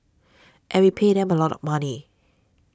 and we pay them a lot of money